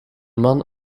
man